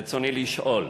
רצוני לשאול: